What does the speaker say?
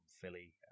Philly